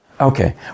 Okay